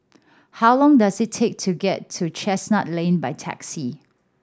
how long does it take to get to Chestnut Lane by taxi